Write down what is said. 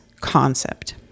concept